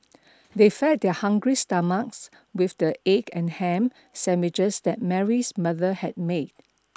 they fed their hungry stomachs with the egg and ham sandwiches that Mary's mother had made